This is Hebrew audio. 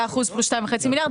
היה אחוז פלוס שתיים וחצי מיליארד,